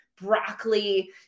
broccoli